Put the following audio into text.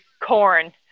corn